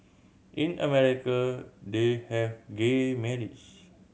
in America they have gay marriage